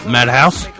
Madhouse